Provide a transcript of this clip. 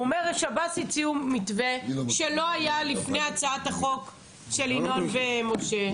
הוא אומר ששב"ס הציעו מתווה שלא היה לפני הצעת החוק של ינון ומשה.